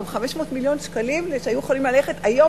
500 מיליון שקלים שהיו יכולים ללכת היום